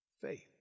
faith